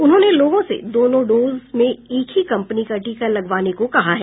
उन्होंने लोगों से दोनों डोज में एक ही कंपनी का टीका लगवाने को कहा है